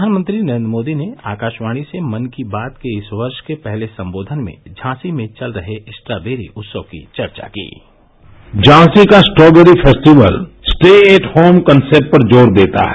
प्रधानमंत्री नरेन्द्र मोदी ने आकाशवाणी से मन की बात के इस वर्ष के पहले संबोधन में झांसी में चल रहे स्ट्राबेरी उत्सव की चर्चा की झांसी का strawberry festival state a home concept पर जोर देता है